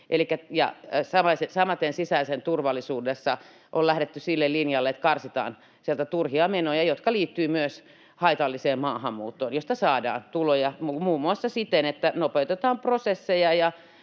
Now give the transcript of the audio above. samaten sisäisessä turvallisuudessa on lähdetty sille linjalle, että karsitaan sieltä turhia menoja, jotka liittyvät myös haitalliseen maahanmuuttoon, josta saadaan tuloja muun muassa siten, että nopeutetaan prosesseja